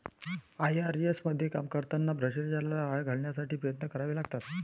IRS मध्ये काम करताना भ्रष्टाचाराला आळा घालण्यासाठी प्रयत्न करावे लागतात